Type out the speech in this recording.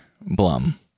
Blum